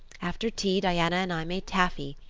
after tea diana and i made taffy.